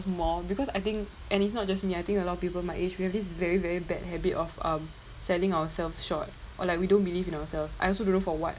more because I think and it's not just me I think a lot of people my age we have this very very bad habit of um settling ourselves short or like we don't believe in ourselves I also don't know for what